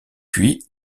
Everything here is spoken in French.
puis